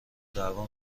دعوا